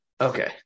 Okay